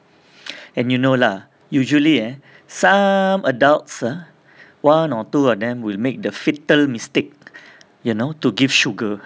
and you know lah usually eh some adults ah one or two of them will make the fatal mistake you know to give sugar